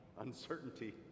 Uncertainty